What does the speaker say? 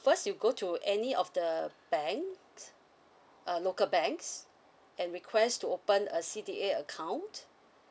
first you go to any of the banks err local banks and request to open a C_D_A account